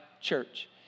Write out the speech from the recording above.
church